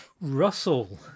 Russell